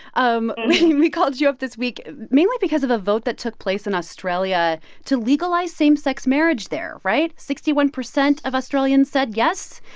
um we we called you up this week mainly because of a vote that took place in australia to legalize same-sex marriage there, right? sixty-one percent of australians said yes,